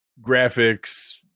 graphics